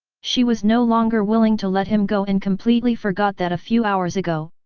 she was no longer willing to let him go and completely forgot that a few hours ago,